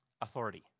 authority